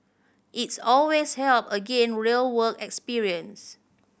its always help again real work experience